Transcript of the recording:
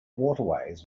waterways